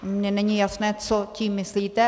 Mně není jasné, co tím myslíte.